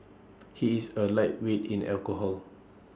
he is A lightweight in alcohol